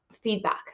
feedback